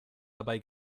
dabei